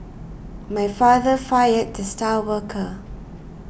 my father fired the star worker